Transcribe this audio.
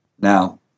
Now